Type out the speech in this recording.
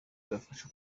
bibafasha